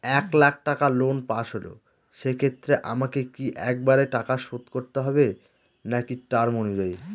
এক লাখ টাকা loan pass হল সেক্ষেত্রে আমাকে কি একবারে টাকা শোধ করতে হবে নাকি টার্ম অনুযায়ী?